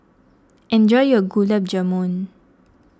enjoy your Gulab Jamun